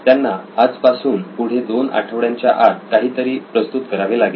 त्यांना आज पासून पुढे 2 आठवड्यांच्या आत काहीतरी प्रस्तुत करावे लागेल